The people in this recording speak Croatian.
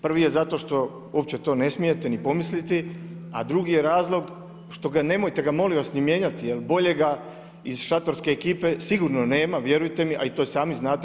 Prvi je zato što uopće to ne smijete ni pomisliti, a drugi je razlog što ga nemojte ga molim vas ni mijenjati, jer boljega iz šatorske ekipe sigurno nema, vjerujte mi a to i sami znate.